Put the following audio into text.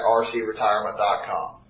rcretirement.com